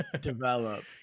develop